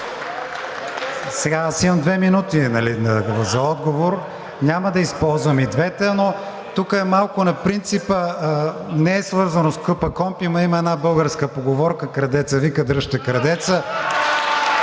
Аз имам две минути за отговор, няма да използвам и двете. Тук е малко на принципа – не е свързано с КПКОНПИ, но има една българска поговорка „Крадецът вика дръжте крадеца!“